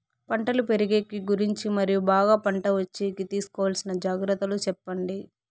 పంటలు పెరిగేకి గురించి మరియు బాగా పంట వచ్చేకి తీసుకోవాల్సిన జాగ్రత్త లు సెప్పండి?